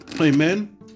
Amen